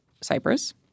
Cyprus